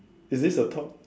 is this the talk